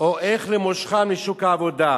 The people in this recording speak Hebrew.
או איך למושכם לשוק העבודה,